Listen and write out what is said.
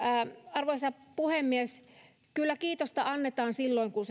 arvoisa puhemies kyllä kiitosta annetaan silloin kun